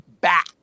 back